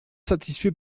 satisfait